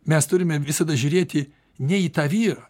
mes turime visada žiūrėti ne į tą vyrą